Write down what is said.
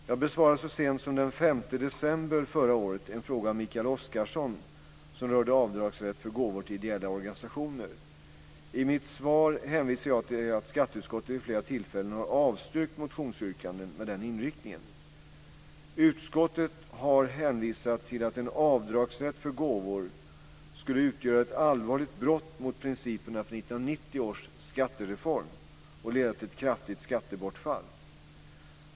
Jag besvarade så sent som den 5 december 2001 en fråga av Mikael Oscarsson som rörde avdragsrätt för gåvor till ideella organisationer. I mitt svar hänvisade jag till att skatteutskottet vid flera tillfällen har avstyrkt motionsyrkanden med den inriktningen. Utskottet har hänvisat till att en avdragsrätt för gåvor skulle utgöra ett allvarligt brott mot principerna för 1990 års skattereform och leda till ett kraftigt skattebortfall.